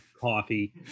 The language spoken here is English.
coffee